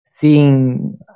seeing